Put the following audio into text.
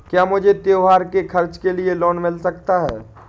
क्या मुझे त्योहार के खर्च के लिए लोन मिल सकता है?